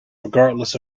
regardless